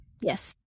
Yes